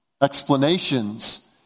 explanations